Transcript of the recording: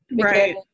Right